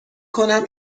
کنم